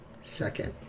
second